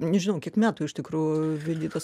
nežinau kiek metų iš tikrųjų vykdytos